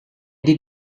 did